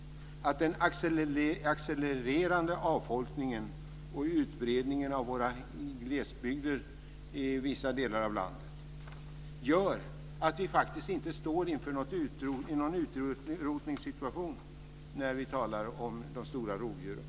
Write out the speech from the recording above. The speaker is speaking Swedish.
Den accelererande avfolkningen och utbredningen av våra glesbygder i vissa delar av landet gör att vi faktiskt inte står inför någon utrotningssituation när vi talar om de stora rovdjuren.